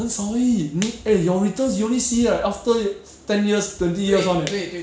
很少而已你 eh your returns you only see right after ten years twenty years [one] leh